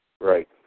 Right